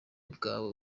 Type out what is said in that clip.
bwawe